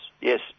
Yes